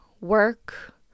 work